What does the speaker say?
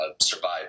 survive